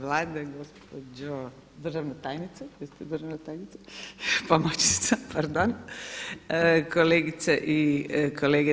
Vlade, gospođo državna tajnice, vi ste državna tajnica, pomoćnica, pardon, kolegice i kolege.